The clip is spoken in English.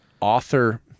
author